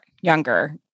younger